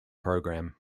program